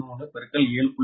11 7